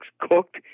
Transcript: cooked